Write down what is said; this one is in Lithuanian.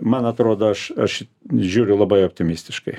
man atrodo aš aš žiūriu labai optimistiškai